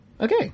Okay